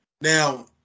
now